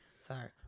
Sorry